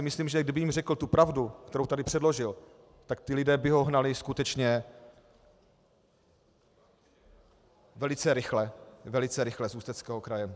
Myslím si, že kdyby jim řekl tu pravdu, kterou tady předložil, tak ti lidé by ho hnali skutečně velice rychle, velice rychle z Ústeckého kraje.